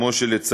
כמו שראינו,